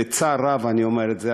בצער רב אני אומר את זה,